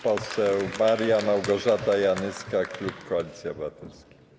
Poseł Maria Małgorzata Janyska, klub Koalicji Obywatelskiej.